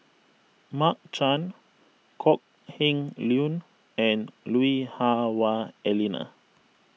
Mark Chan Kok Heng Leun and Lui Hah Wah Elena